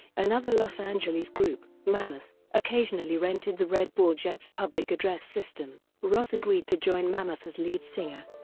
another los angeles group, mammoth, occasionally rented the red ball jets' public-address system. roth agreed to join mammoth as lead singer.